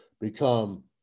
become